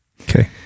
Okay